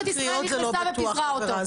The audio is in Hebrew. גם עם קריאות לא בטוח שזה עבירה.